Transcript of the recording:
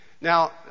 Now